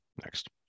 next